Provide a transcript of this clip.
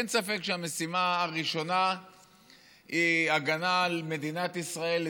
אין ספק שהמשימה הראשונה היא הגנה על מדינת ישראל,